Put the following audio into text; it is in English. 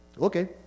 Okay